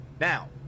Now